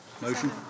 Motion